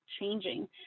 changing